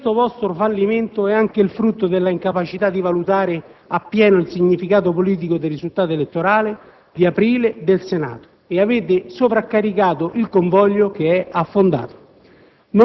Questo vostro fallimento è anche il frutto della incapacità di valutare appieno il significato politico del risultato elettorale di aprile del Senato. Avete sovraccaricato il convoglio che è affondato.